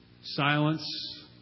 Silence